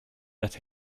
that